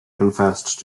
confessed